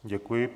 Děkuji.